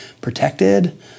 protected